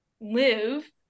live